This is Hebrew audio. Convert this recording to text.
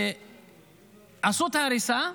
עשו את ההריסה,